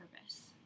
purpose